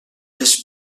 les